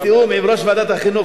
בתיאום עם יושב-ראש ועדת החינוך,